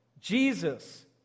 Jesus